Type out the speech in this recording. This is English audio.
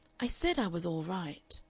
i said i was all right.